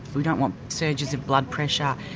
we don't want surges of blood pressure.